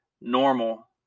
normal